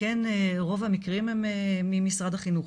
כן רוב המקרים הם ממשרד החינוך.